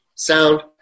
sound